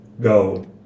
go